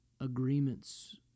agreements